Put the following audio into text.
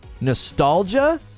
nostalgia